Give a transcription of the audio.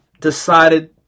decided